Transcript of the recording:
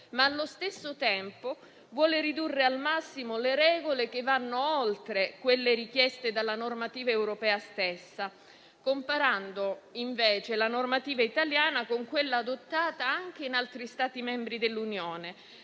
in esame vuole ridurre al massimo le regole che vanno oltre quelle richieste dalla normativa europea, comparando invece la normativa italiana con quella adottata anche in altri Stati membri dell'Unione,